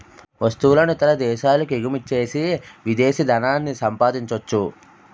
వస్తువులను ఇతర దేశాలకు ఎగుమచ్చేసి విదేశీ ధనాన్ని సంపాదించొచ్చు